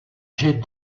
jet